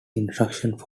instructions